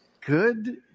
Good